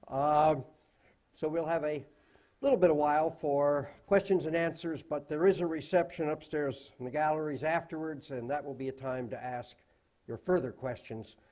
um so we'll have a little bit of while for questions and answers, but there is a reception upstairs in the galleries afterwards. and that will be a time to ask your further questions